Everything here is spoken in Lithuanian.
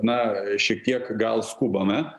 na šiek tiek gal skubame